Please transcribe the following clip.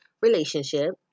relationship